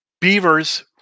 Beavers